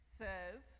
says